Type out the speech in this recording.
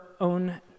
own